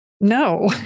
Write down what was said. no